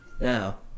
Now